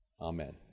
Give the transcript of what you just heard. amen